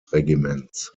regiments